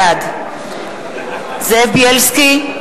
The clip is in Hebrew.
בעד זאב בילסקי,